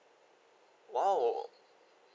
!wow!